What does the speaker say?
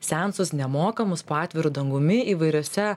seansus nemokamus po atviru dangumi įvairiose